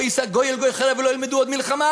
לא יישא גוי אל גוי חרב ולא ילמדו עוד מלחמה,